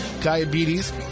diabetes